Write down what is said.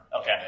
okay